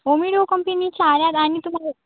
ओमिडो कंपीनीच्या आल्या आहेत आणि तुम्हाला